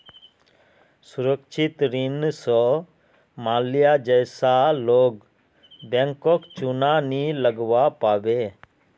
सुरक्षित ऋण स माल्या जैसा लोग बैंकक चुना नी लगव्वा पाबे